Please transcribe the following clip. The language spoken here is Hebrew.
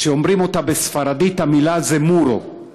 כשאומרים את זה בספרדית המילה היא muro,